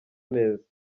neza